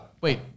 Wait